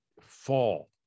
fall